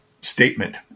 statement